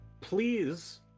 please